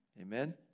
Amen